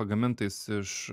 pagamintais iš